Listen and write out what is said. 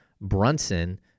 Brunson